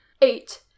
Eight